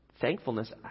thankfulness